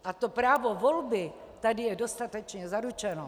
A to právo volby tady je dostatečně zaručeno.